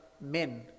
men